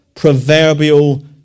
proverbial